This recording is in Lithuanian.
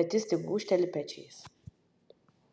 bet jis tik gūžteli pečiais